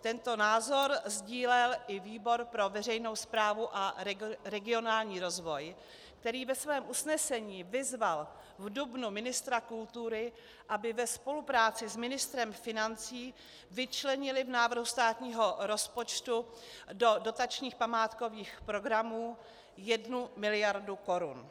Tento názor sdílel i výbor pro veřejnou správu a regionální rozvoj, který ve svém usnesení vyzval v dubnu ministra kultury, aby ve spolupráci s ministrem financí vyčlenili v návrhu státního rozpočtu do dotačních památkových programů jednu miliardu korun.